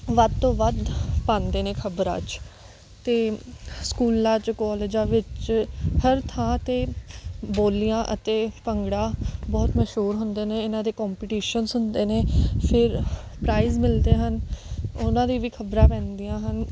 ਵੱਧ ਤੋਂ ਵੱਧ ਪਾਉਂਦੇ ਨੇ ਖ਼ਬਰਾਂ 'ਚ ਅਤੇ ਸਕੂਲਾਂ 'ਚ ਕੋਲਜਾਂ ਵਿੱਚ ਹਰ ਥਾਂ 'ਤੇ ਬੋਲੀਆਂ ਅਤੇ ਭੰਗੜਾ ਬਹੁਤ ਮਸ਼ਹੂਰ ਹੁੰਦੇ ਨੇ ਇਹਨਾਂ ਦੇ ਕੋਂਪੀਟੀਸ਼ਨਸ ਹੁੰਦੇ ਨੇ ਫਿਰ ਪ੍ਰਾਇਜ ਮਿਲਦੇ ਹਨ ਉਨ੍ਹਾਂ ਦੀ ਵੀ ਖ਼ਬਰਾਂ ਪੈਂਦੀਆਂ ਹਨ